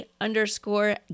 underscore